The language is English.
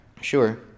Sure